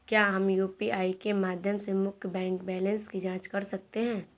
क्या हम यू.पी.आई के माध्यम से मुख्य बैंक बैलेंस की जाँच कर सकते हैं?